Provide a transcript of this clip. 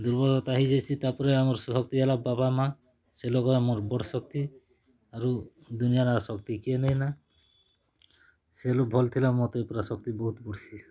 ଦୁର୍ବଳତା ହେଇ ଯାଇସି ତା'ପରେ ଆମର୍ ଶକ୍ତି ହେଲା ବାପା ମାଆ ସେ ଲୋକ୍ର ଆମର୍ ବଡ଼ ଶକ୍ତି ଆରୁ ଦୁନିଆର ଶକ୍ତି କିଏ ନାଇନା ସେ ଲୋକ୍ ଭଲ୍ ଥିଲେ ମୋତେ ପୂରା ଶକ୍ତି ବହୁତ୍ ବଢ଼ସି